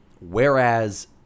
whereas